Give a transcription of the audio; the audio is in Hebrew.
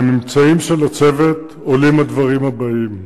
מהממצאים של הצוות עולים הדברים הבאים: